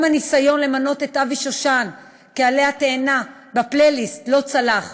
גם הניסיון למנות את אבי שושן כעלה התאנה בפלייליסט לא צלח,